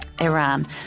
Iran